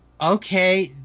Okay